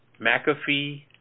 McAfee